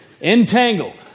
entangled